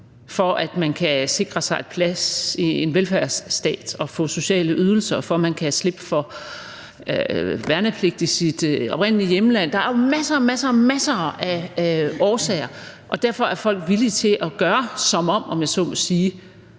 for at sikre sig en plads i en velfærdsstat og få sociale ydelser, for at slippe for værnepligt i sit oprindelige hjemland. Der er jo masser og masser af årsager, og derfor er folk villige til at gøre som om, om jeg så må sige.